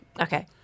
Okay